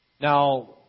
Now